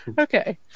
Okay